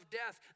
death